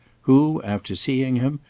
who, after seeing him,